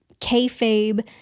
kayfabe